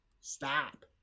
stop